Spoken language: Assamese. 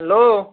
হেল্ল'